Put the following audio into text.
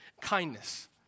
kindness